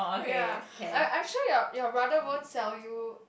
ya I I am sure your your brother won't sell you